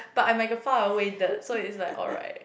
but I'm like far away dirt so is like alright